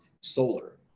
solar